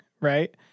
right